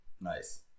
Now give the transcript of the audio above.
Nice